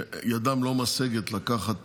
שידם לא משגת לקחת